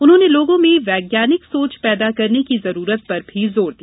उन्होंने लोगों में वैज्ञानिक सोच पैदा करने की जरूरत पर भी जोर दिया